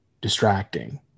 distracting